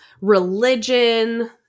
religion